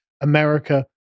America